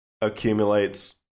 accumulates